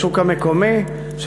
השוק המקומי,